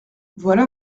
voilà